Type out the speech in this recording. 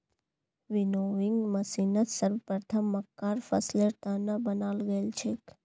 winnowing मशीनक सर्वप्रथम मक्कार फसलेर त न बनाल गेल छेक